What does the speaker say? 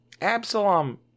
Absalom